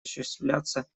осуществляться